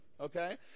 okay